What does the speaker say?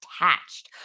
attached